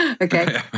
Okay